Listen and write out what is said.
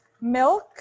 milk